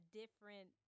different